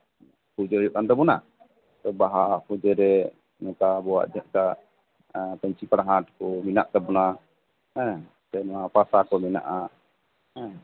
ᱯᱩᱡᱟᱹ ᱦᱩᱭᱩᱜ ᱠᱟᱱ ᱛᱟᱵᱚᱱᱟ ᱵᱟᱦᱟ ᱯᱩᱡᱟᱹ ᱨᱮ ᱱᱚᱝᱠᱟ ᱟᱵᱚᱣᱟᱜ ᱡᱮᱴᱟ ᱯᱟᱧᱪᱤ ᱯᱟᱲᱦᱟᱴ ᱠᱚ ᱢᱮᱱᱟᱜ ᱛᱟᱵᱚᱱᱟ ᱦᱮᱸᱜ ᱥᱮ ᱱᱚᱣᱟ ᱯᱟᱥᱟ ᱠᱚ ᱢᱮᱱᱟᱜᱼᱟ ᱦᱮᱸᱜ